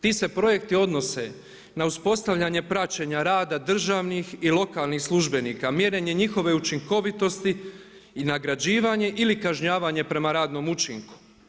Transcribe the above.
Ti se projekti odnose na uspostavljanje praćenja rada državnih i lokalnih službenika, mjerenje njihove učinkovitosti i nagrađivanje ili kažnjavanje prema radnom učinku.